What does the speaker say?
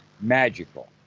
magical